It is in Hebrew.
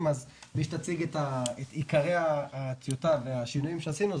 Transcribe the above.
אז מי שתציג את עיקרי הטיוטה והשינויים שעשינו,